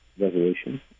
resolution